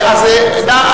אז נא,